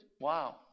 Wow